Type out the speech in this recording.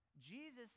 Jesus